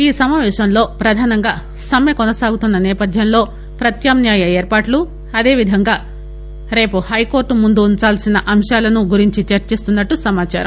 ఈ సమావేశంలో పధానంగా సమ్మే కొనసాగుతున్న నేపథ్యంలో పత్యామ్నాయ ఏర్పాట్ల అదేవిధంగా రేపు హైకోర్లు ముందుంచాల్సిన అంశాలను చర్చిస్తున్నట్లు సమాచారం